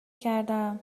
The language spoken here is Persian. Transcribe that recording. کردم